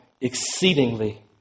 exceedingly